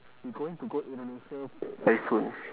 we going to go indonesia very soon